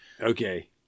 Okay